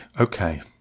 okay